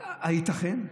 הייתכן?